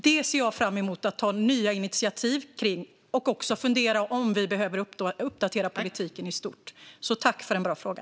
Jag ser fram emot att ta nya initiativ och också fundera på om vi behöver uppdatera politiken i stort. Tack igen för en bra fråga!